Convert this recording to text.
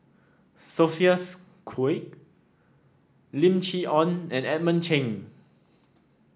Sophia's Lim Chee Onn and Edmund Cheng